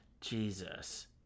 jesus